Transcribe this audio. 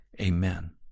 Amen